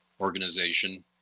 organization